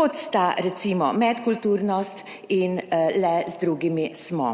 kot sta recimo Medkulturnost in Le z drugimi smo!